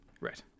Right